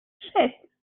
шесть